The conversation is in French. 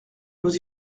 nous